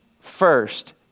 first